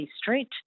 Street